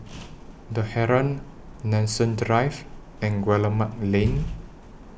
The Heeren Nanson Drive and Guillemard Lane